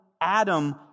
Adam